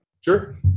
Sure